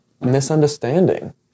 misunderstanding